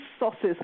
resources